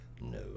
No